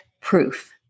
proof